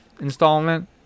installment